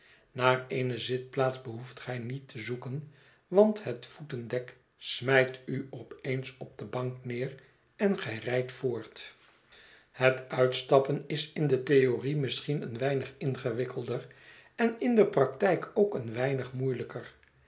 naar eene zitplaats behoeft gij niet te zoeken want het voetendek smijt u op eens op de bank neer en gij rijdt voort het uitstappen is in de theorie misschien een weinig ingewikkelder en in de practijk ook een weinig moeielijker